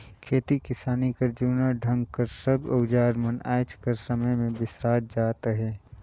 खेती किसानी कर जूना ढंग कर सब अउजार मन आएज कर समे मे बिसरात जात अहे